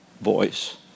voice